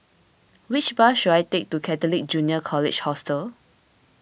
which bus should I take to Catholic Junior College Hostel